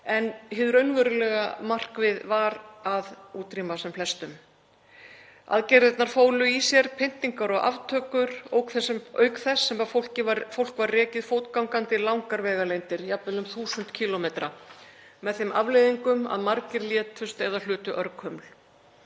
en hið raunverulega markmið var að útrýma sem flestum. Aðgerðirnar fólu í sér pyndingar og aftökur, auk þess sem fólk var rekið fótgangandi langar vegalengdir, jafnvel um 1.000 km, með þeim afleiðingum að margir létust eða hlutu örkuml.